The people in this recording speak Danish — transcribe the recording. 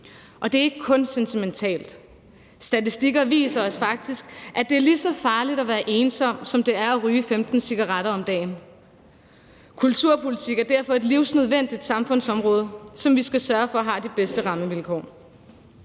Og det er ikke kun sentimental snak. Statistikker viser faktisk, at det er lige så farligt at være ensom, som det er at ryge 15 cigaretter om dagen. Kulturpolitik er derfor et livsnødvendigt samfundsområde, som vi skal sørge for har de bedste rammevilkår.